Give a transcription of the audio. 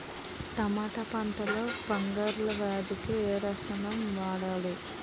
టమాటా పంట లో ఫంగల్ వ్యాధికి ఏ రసాయనం వాడాలి?